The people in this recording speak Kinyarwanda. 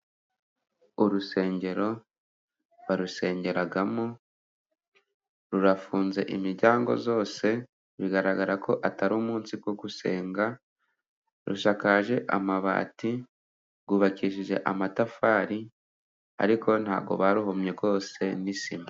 Urusengero barusengeramo rurafunze imiryango yose, bigaragara ko atari umunsi wo gusenga. Rusakaje amabati, rwubakishije amatafari ariko ntabwo baruhomye rwose n'isima.